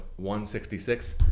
166